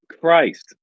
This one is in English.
Christ